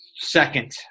second